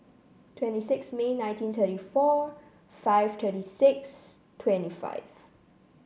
twenty six May nineteen twenty four five thirty six twenty five